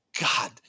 God